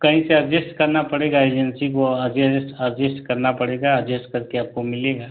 कहीं से अर्जेस्ट करना पड़ेगा एजेंसी को अर्जेस अर्जेस्ट करना पड़ेगा अर्जेस करके आपको मिलेगा